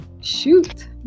shoot